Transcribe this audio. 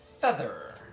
feather